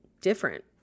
different